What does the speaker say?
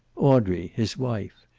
audrey, his wife,